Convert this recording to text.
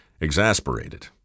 Exasperated